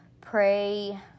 pray